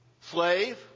Slave